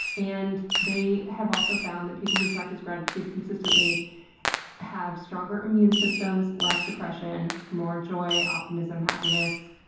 and they have also found that people who practice gratitude consistently have stronger immune systems, less depression, more joy, optimism, happiness.